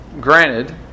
granted